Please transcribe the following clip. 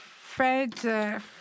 Fred—